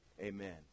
amen